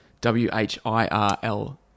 W-H-I-R-L